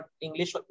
English